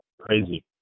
crazy